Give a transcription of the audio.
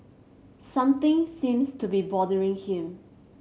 something seems to be bothering him